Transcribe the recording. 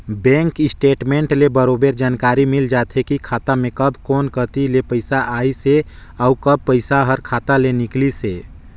bank statement ले बरोबर जानकारी मिल जाथे की खाता मे कब कोन कति ले पइसा आइसे अउ कब पइसा हर खाता ले निकलिसे